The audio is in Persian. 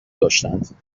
داشتند